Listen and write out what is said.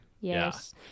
Yes